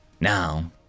Now